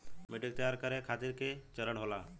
मिट्टी के तैयार करें खातिर के चरण होला?